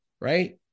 Right